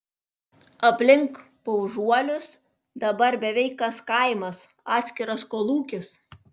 aplink paužuolius dabar beveik kas kaimas atskiras kolūkis